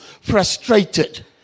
frustrated